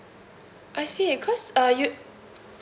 I see cause uh you